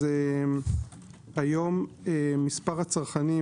היום מספר הצרכנים,